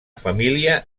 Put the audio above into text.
família